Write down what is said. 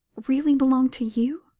really belong to you?